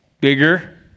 bigger